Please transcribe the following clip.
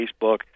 Facebook